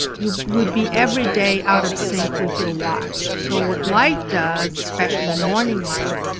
you would be, every day, out of sync with your watch. so what light does, especially morning light,